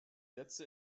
letzte